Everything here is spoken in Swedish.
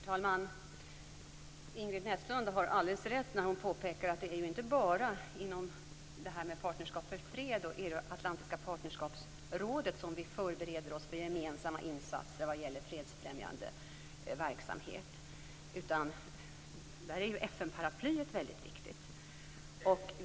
Herr talman! Ingrid Näslund har alldeles rätt när hon påpekar att det inte bara är inom Partnerskap för fred och Euroatlantiska partnerskapsrådet som vi förbereder oss för gemensamma insatser vad gäller fredsfrämjande verksamhet. Där är ju FN-paraplyet väldigt viktigt.